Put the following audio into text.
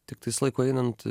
tiktais laiku einant